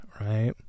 right